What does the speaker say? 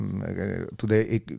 today